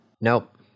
Nope